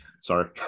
Sorry